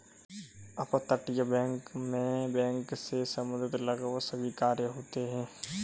अपतटीय बैंक मैं बैंक से संबंधित लगभग सभी कार्य होते हैं